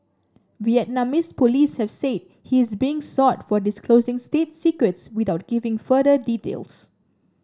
Vietnamese police have said he is being sought for disclosing state secrets without giving further details